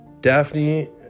Daphne